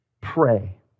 pray